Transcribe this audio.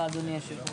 ישיבה זו נעולה.